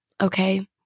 okay